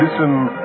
Listen